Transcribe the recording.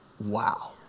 Wow